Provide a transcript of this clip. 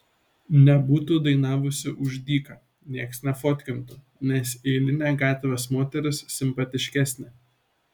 nebūtų dainavusi už dyką nieks nefotkintų nes eilinė gatvės moteris simpatiškesnė